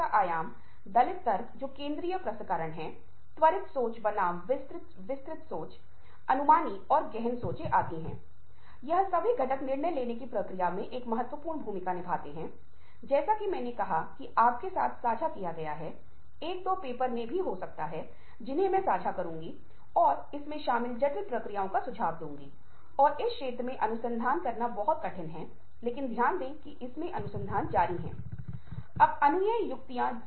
चाहे हम व्यावसायिक संचार के बारे में बात कर रहे हों या हम सामाजिक सांस्कृतिक संचार के बारे में बात कर रहे हों कार्यस्थल के संदर्भ में सुन्ना और बिना बाधा डाले सुनना बहुत आवश्यक है हमारे वार्ता की विफलता या सफलता हमारे प्रेरक रणनीतियों की विफलता या सफलता इसी चीज़ पर निर्धारित है तो यह एक ऐसी चीज है जिसके बारे में आपको बहुत अधिक जानकारी होनी चाहिए कि एक अच्छा नेता अक्सर एक अच्छा श्रोता या सहनशील श्रोता भी होता है